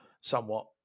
somewhat